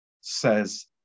says